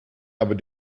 aber